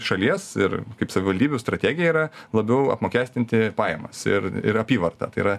šalies ir kaip savivaldybių strategija yra labiau apmokestinti pajamas ir ir apyvartą tai yra